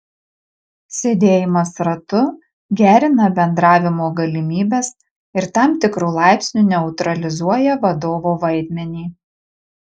sėdėjimas ratu gerina bendravimo galimybes ir tam tikru laipsniu neutralizuoja vadovo vaidmenį